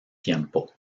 tiempo